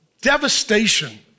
devastation